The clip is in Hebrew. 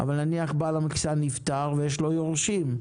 אבל נניח בעל המכסה נפטר ויש לו יורשים,